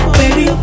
baby